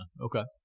Okay